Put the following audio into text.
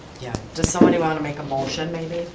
yeah, does somebody wanna make a motion maybe.